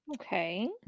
Okay